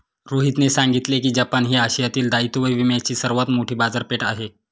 रोहितने सांगितले की जपान ही आशियातील दायित्व विम्याची सर्वात मोठी बाजारपेठ आहे